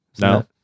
No